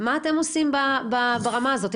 מה אתם עושים ברמה הזאת?